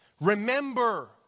Remember